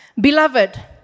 Beloved